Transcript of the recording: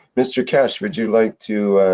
mr keshe, would you like to.